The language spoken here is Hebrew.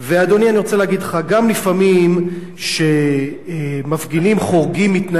אני רוצה להגיד לך: גם כשמפגינים לפעמים חורגים מתנאי ההיתר